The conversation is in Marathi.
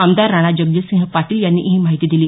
आमदार राणाजगजितसिंह पाटील यांनी ही माहिती दिली